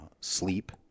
sleep